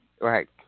Right